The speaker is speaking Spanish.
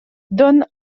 don